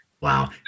Wow